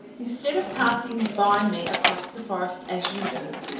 instead of passing by me across the forest as usual,